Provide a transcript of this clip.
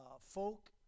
folk